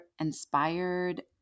inspired